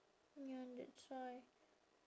ya that's why